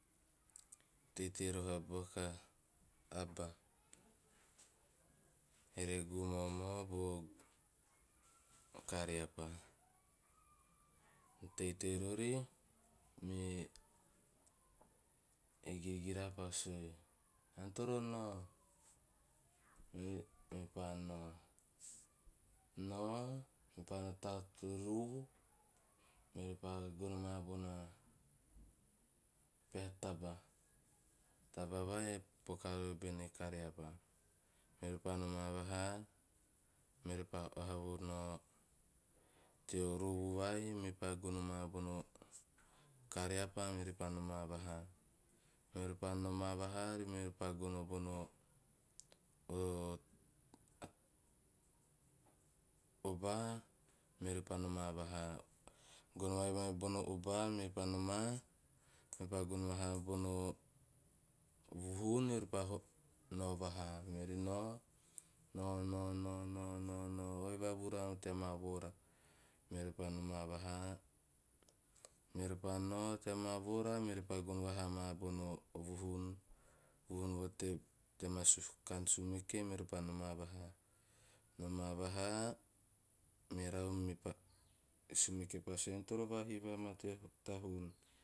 Teitei roho a paaka aba ere gumomo bo kariapa. Teitei rori, me e girgira pa sue "ean toro noa me me mepa noa. Nao mepa ta to ruvu meori gono paa bona peha taba. Taba vai poka riori bene kariapa. Meori pa noma vaha, meori pa oha vonao teo ruvu vai mepa gono maa bono kariapa meori pa noma vaha. Meori pa noma vaha, meori pa gonogono ova, meori pa noma vaha. Gono vavai bono uba mepa noma, ean pa gono hagono, huhu naripa no vaha. Meori noa, nao nao nao nao noa noa oi vavura ioho teama voora. Meori pa noma vaha, meori pa noa teamaa veora meori pa gono vavia maa bono vahum, vahum va teo teamaa kaan sumeke meori pa noma vaha. Noma vaha merau mepa, sumeke pa sue "ean toro va hiiva maa tea ta hum." xxxx